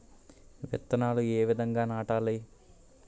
విత్తనాలు ఏ విధంగా నాటాలి?